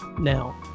now